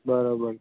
બરાબર છે